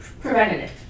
preventative